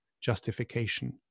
justification